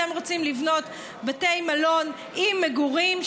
אתם רוצים לבנות בתי מלון עם מגורים,